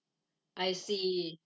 I see